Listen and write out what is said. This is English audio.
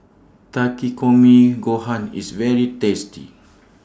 Takikomi Gohan IS very tasty